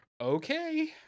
okay